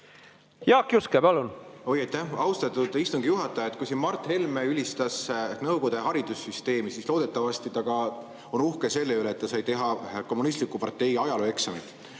Miks te nii teete? Aitäh, austatud istungi juhataja! Kui siin Mart Helme ülistas nõukogude haridussüsteemi, siis loodetavasti ta on uhke ka selle üle, et ta sai teha kommunistliku partei ajaloo eksamit.